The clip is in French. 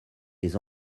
les